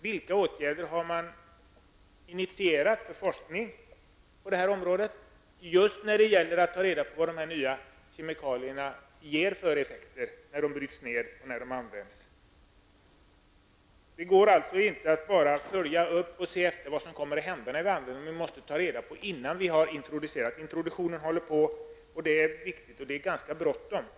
Vilka åtgärder har man initierat på forskningsområdet just för att ta reda på vad dessa nya kemikalier ger för effekter när de används och sedan bryts ned? Det går alltså inte att bara följa upp och se efter vad som kommer att hända när vi använder dem, utan vi måste ta reda på effekterna innan vi introducerar dem fullt ut. Introduktion pågår, så det är ganska bråttom.